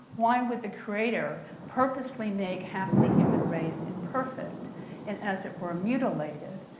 why would the creator purposely make half the human race imperfect and as it were mutilated,